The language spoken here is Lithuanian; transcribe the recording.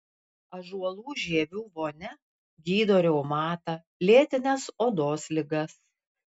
ąžuolų žievių vonia gydo reumatą lėtines odos ligas